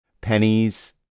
pennies